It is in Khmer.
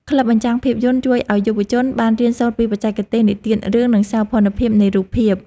ក្លឹបបញ្ចាំងភាពយន្តជួយឱ្យយុវជនបានរៀនសូត្រពីបច្ចេកទេសនិទានរឿង និងសោភ័ណភាពនៃរូបភាព។